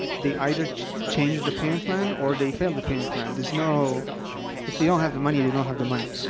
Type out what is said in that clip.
they either change the payment plan or they fail the payment plan. and there's no if they don't have the money, they don't have the money.